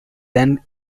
than